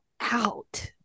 out